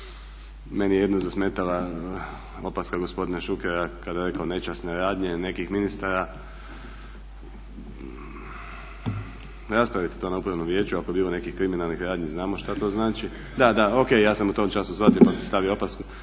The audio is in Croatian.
Meni je jedino zasmetala opaska gospodina Šukera kada je rekao nečasne radnje nekih ministara. Raspravite to na Upravnom vijeću, ako je bilo nekih kriminalnih radnji znamo šta to znači… … /Upadica se ne razumije./ … Da, da, ok, ja sam u tom času shvatio pa sam stavio opasku.